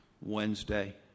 Wednesday